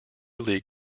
league